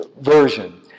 version